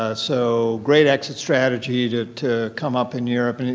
ah so great exit strategy to to come up in europe. and